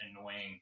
annoying